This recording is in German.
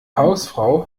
hausfrau